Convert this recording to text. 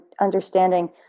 understanding